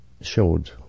showed